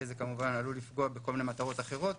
זה עלול לפגוע בכול מיני מטרות אחרות,